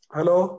Hello